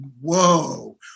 whoa